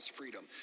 freedom